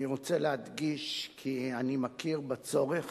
אני רוצה להדגיש כי אני מכיר בצורך